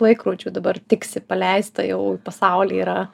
laikrodžių dabar tiksi paleista jau pasauly yra